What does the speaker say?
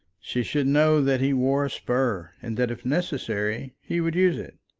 she should know that he wore a spur, and that, if necessary, he would use it.